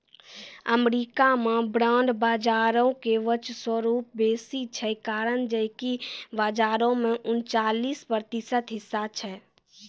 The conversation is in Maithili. अमेरिका मे बांड बजारो के वर्चस्व बेसी छै, कारण जे कि बजारो मे उनचालिस प्रतिशत हिस्सा छै